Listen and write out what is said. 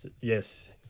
Yes